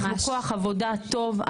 אנחנו כוח עבודה טוב,